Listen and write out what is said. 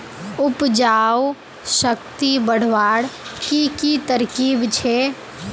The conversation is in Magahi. उपजाऊ शक्ति बढ़वार की की तरकीब छे?